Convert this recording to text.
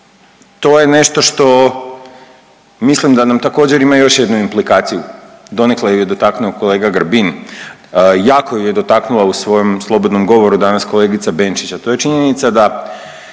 to je nešto što mislim da nam također ima još jednu implikaciju. Donekle ju je dotaknuo kolega Grbin, jako ju je dotaknula u svojem slobodnom govoru danas kolegica Benčić, a to je činjenica da